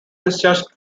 discharge